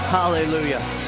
hallelujah